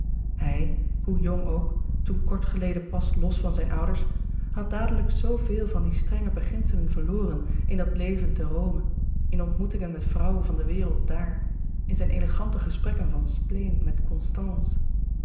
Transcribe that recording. hij hoe jong ook toen kort geleden pas los van zijn ouders had dadelijk zooveel van die strenge beginselen verloren in dat leven te rome in ontmoetingen met vrouwen van de wereld daar in zijn elegante gesprekken van spleen met constance